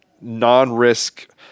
non-risk